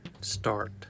start